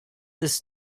this